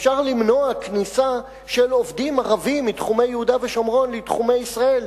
אפשר למנוע כניסה של עובדים ערבים מתחומי יהודה ושומרון לתחומי ישראל.